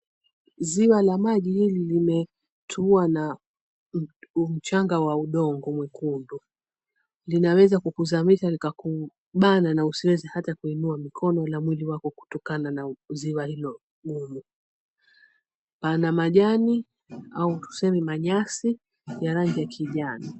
Ziwa la maji hili limetua na mchanga wa udongo mwekundu. Linaweza kukuzamisha likakubana na usiweze hata kuinua mikono na mwili wako kutokana na ziwa hilo gumu. Pana majani au tuseme manyasi ya rangi ya kijani.